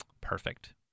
perfect